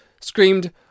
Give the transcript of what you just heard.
screamed